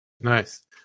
Nice